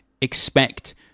expect